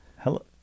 Hello